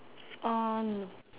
uh no